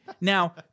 now